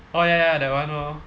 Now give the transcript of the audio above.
oh ya ya that one orh